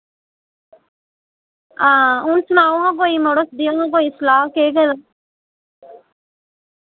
हून सनाओ आं मड़ो देओ आं कोई सलाह केह् करां